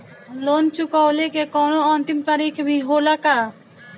Loan चुकवले के कौनो अंतिम तारीख भी होला का?